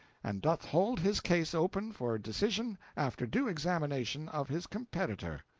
and doth hold his case open for decision after due examination of his competitor.